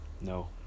no